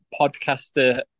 podcaster